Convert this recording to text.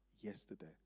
yesterday